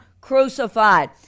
crucified